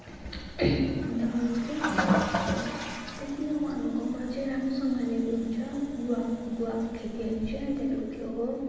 अन्त अरू चाहिँ त्यति नै हो हाम्रो गाउँमा चाहिँ राम्रोसँगले उयो हुन्छ गुवाको गुवाको खेतीहरू चाहिँ अनि त्यहाँको त्यो हो